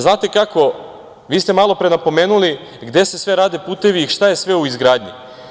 Znate kako, vi ste malopre napomenuli gde se sve rade putevi i šta je sve u izgradnji.